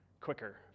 quicker